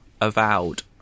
Avowed